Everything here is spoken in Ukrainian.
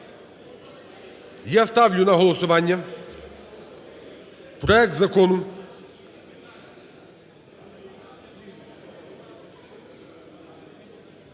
Я ставлю на голосування проект Закону